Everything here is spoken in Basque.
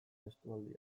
estualdia